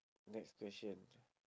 next question